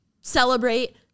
celebrate